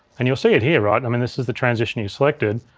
and you'll see it here, right, i mean, this is the transition you've selected.